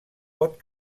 pot